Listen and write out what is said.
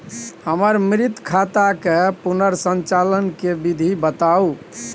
हमर मृत खाता के पुनर संचालन के विधी बताउ?